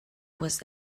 was